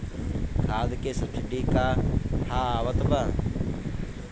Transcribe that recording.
खाद के सबसिडी क हा आवत बा?